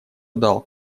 дал